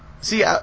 See